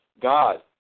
God